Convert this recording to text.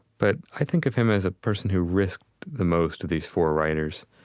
but i think of him as a person who risked the most of these four writers.